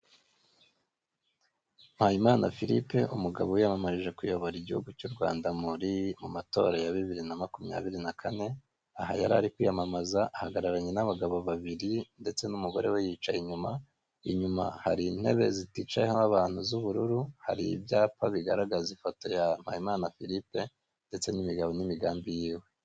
mpayimana Filipe umugabo wiyamamarije kuyobora igihugu cy'u Rwanda mu matora ya bibiri na makumyabiri na kane, aha yari ari kwiyamamaza ahagararanye n'abagabo babiri ndetse n'umugore we yicaye inyuma, inyuma hari intebe ziticayeho abantu z'ubururu, hari ibyapa bigaragaza ifoto ya Mpayimana Filipe ndetse n'imigabo n'imigambi y'iwe.